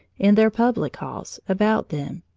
in their public halls, about them.